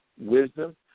wisdom